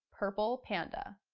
purple panda.